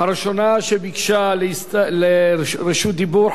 הראשונה שביקשה רשות דיבור,